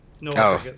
No